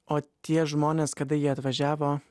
o tie žmonės kada jie atvažiavo